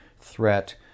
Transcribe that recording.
threat